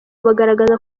bagaragaza